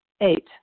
Eight